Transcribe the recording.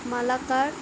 Malakar